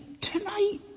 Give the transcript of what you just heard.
tonight